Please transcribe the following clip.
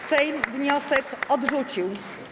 Sejm wniosek odrzucił.